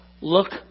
Look